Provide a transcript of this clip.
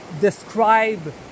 describe